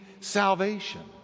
salvation